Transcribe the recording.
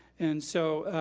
and so